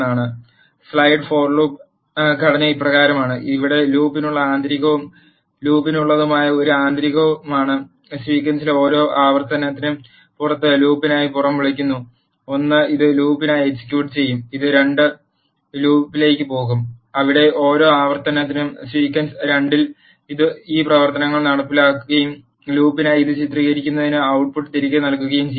nested for loop ഘടന ഇപ്രകാരമാണ് ഇവിടെ ലൂപ്പിനുള്ള ആന്തരികവും ലൂപ്പിനുള്ളതുമായ ഒരു ആന്തരികമാണ് സീക്വൻസിലെ ഓരോ ആവർത്തനത്തിനും പുറത്ത് ലൂപ്പിനായി പുറം വിളിക്കുന്നു 1 ഇത് ലൂപ്പിനായി എക്സിക്യൂട്ട് ചെയ്യും ഇത് ലൂപ്പ് 2 ലേക്ക് പോകും അവിടെ ഓരോ ആവർത്തനത്തിനും സീക്വൻസ് 2 ൽ ഈ പ്രവർത്തനങ്ങൾ നടത്തുകയും ലൂപ്പിനായി ഇത് ചിത്രീകരിക്കുന്നതിന് ഔട്ട്പുട്ട് തിരികെ നൽകുകയും ചെയ്യും